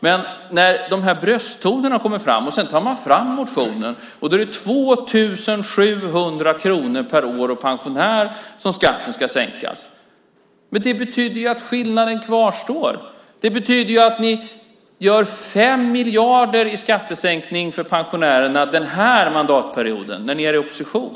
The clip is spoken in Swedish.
Men när dessa brösttoner kommer fram och man sedan tar fram motionen ser man att det är 2 700 kronor per år och pensionär som skatten ska sänkas. Det betyder att skillnaden kvarstår. Det betyder att ni gör en skattesänkning på 5 miljarder för pensionärerna den här mandatperioden, när ni är i opposition.